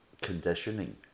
conditioning